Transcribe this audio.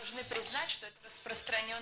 יש לנו כ-30 עובדים